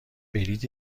بلیط